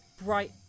bright